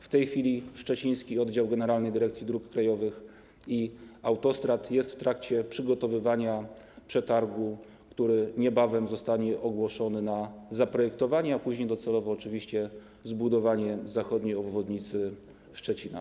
W tej chwili szczeciński oddział Generalnej Dyrekcji Dróg Krajowych i Autostrad jest w trakcie przygotowywania przetargu, który niebawem zostanie ogłoszony na zaprojektowanie, a później docelowo oczywiście zbudowanie zachodniej obwodnicy Szczecina.